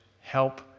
help